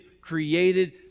created